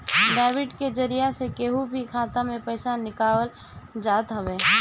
debit के जरिया से केहू के भी खाता से पईसा निकालल जात हवे